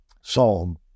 psalm